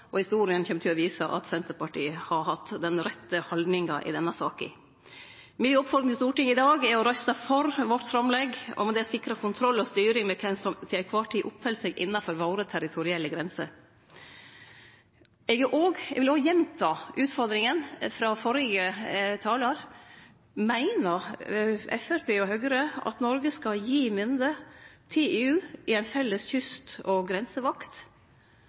og historia kjem til å vise at Senterpartiet har hatt den rette haldninga i denne saka. Mi oppfordring til Stortinget i dag er å røyste for vårt framlegg og med det sikre kontroll og styring med kven som til kvar tid oppheld seg innanfor våre territorielle grenser. Eg vil òg gjenta utfordringa frå førre talar: Meiner Framstegspartiet og Høgre at Noreg skal gi mynde til EU i ei felles kyst- og grensevakt?